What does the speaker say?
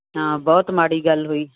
ਹਾਂ ਬਹੁਤ ਮਾੜੀ ਗੱਲ ਹੋਈ